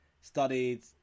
studied